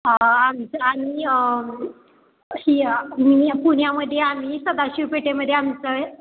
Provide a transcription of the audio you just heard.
आमचं आणि ही पुण्यामध्ये आम्ही सदाशिव पेठेमध्ये आमचं